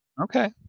Okay